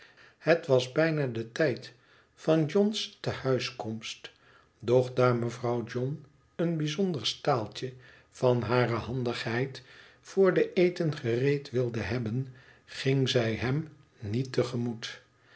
het was bijna den tijd van john s tehuiskomst doch daar mevrouw john een bijzonder staaltje van hare handigheid vr den eten gereed wilde hebben ging zij hem niet